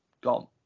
gone